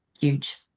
huge